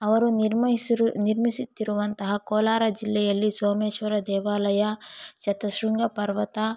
ಅವರು ನಿರ್ಮಿಸಿರು ನಿರ್ಮಿಸುತ್ತಿರುವಂತಹ ಕೋಲಾರ ಜಿಲ್ಲೆಯಲ್ಲಿ ಸೋಮೇಶ್ವರ ದೇವಾಲಯ ಶತಶೃಂಗ ಪರ್ವತ